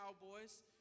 Cowboys